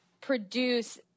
produce